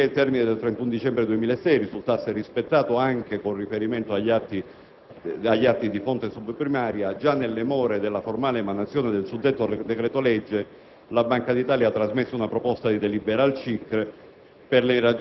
Affinché il termine del 31 dicembre 2006 risultasse rispettato, anche con riferimento agli atti di fonte *sub* primaria, già nelle more della formale emanazione del suddetto decreto legge, la Banca d'Italia ha trasmesso una proposta di delibera al CICR;